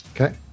Okay